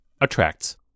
attracts